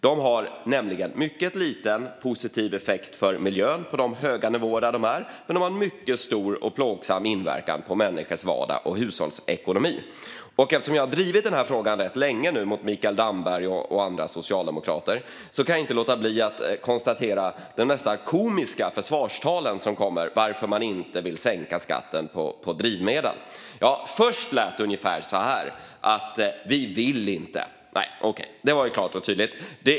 De har nämligen mycket liten positiv effekt på miljön på de höga nivåer där de är, men de har mycket stor och plågsam inverkan på människors vardag och hushållsekonomi. Eftersom jag har drivit denna fråga länge mot Mikael Damberg och andra socialdemokrater kan jag inte låta bli att notera de nästan komiska försvarstalen för varför man inte vill sänka skatten på drivmedel. Först lät det ungefär så här: Jag vill inte. Okej, det var ju klart och tydligt.